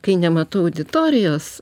kai nematau auditorijos